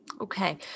Okay